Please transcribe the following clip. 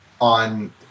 on